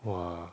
!wah!